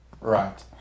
Right